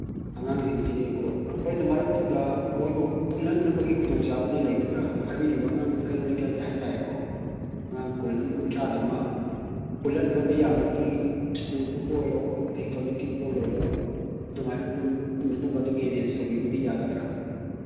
ꯑꯉꯥꯡꯁꯤꯡꯒꯤ ꯑꯩꯈꯣꯏꯅ ꯃꯔꯛꯇꯨꯗ ꯃꯣꯏꯕꯨ ꯄꯨꯜꯍꯟꯅꯕꯒꯤ ꯈꯨꯗꯣꯡꯆꯥꯕꯗꯨ ꯂꯩꯒꯗ꯭ꯔꯥ ꯍꯥꯏꯕꯤꯔꯤꯕ ꯑꯉꯥꯡ ꯀꯩꯔꯣꯜ ꯂꯩꯀꯥꯏꯒꯤ ꯍꯥꯏ ꯇꯥꯔꯦꯀꯣ ꯑꯉꯥꯡ ꯀꯨꯟ ꯑꯃ ꯀꯨꯟꯊ꯭ꯔꯥꯗꯨꯃ ꯄꯨꯜꯍꯟꯅꯕ ꯌꯥꯕꯒꯤ ꯁ꯭ꯀꯨꯜꯒꯨꯝꯕ ꯑꯣꯏꯔꯣ ꯑꯗꯒꯤ ꯀꯃꯨꯅꯤꯇꯤ ꯍꯣꯜ ꯑꯣꯏꯔꯣ ꯑꯗꯨꯃꯥꯏꯅ ꯄꯨꯟꯅꯅꯕ ꯑꯗꯨꯒꯤ ꯑꯦꯔꯦꯟꯖ ꯇꯧꯕꯤꯕꯗꯤ ꯌꯥꯒꯗ꯭ꯔꯥ